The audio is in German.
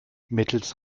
mittels